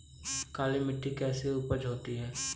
काली मिट्टी में कैसी उपज होती है?